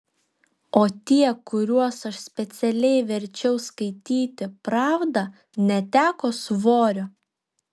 o tie kuriuos aš specialiai verčiau skaityti pravdą neteko svorio